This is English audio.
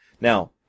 Now